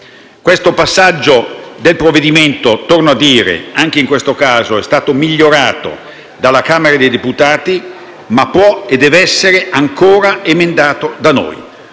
Questo passaggio del provvedimento, torno a dire, è stato migliorato dalla Camera dei deputati, ma può e deve essere ancora emendato da noi.